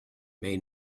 may